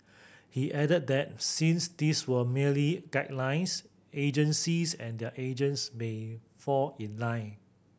he added that since these were merely guidelines agencies and their agents may fall in line